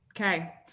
Okay